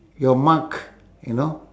your mark you know